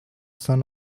son